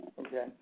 Okay